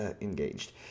engaged